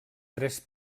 tres